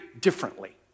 differently